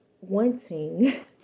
wanting